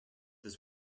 his